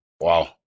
Wow